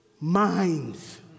minds